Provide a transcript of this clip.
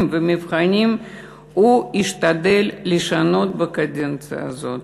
והמבחנים הוא ישתדל לשנות בקדנציה הזאת,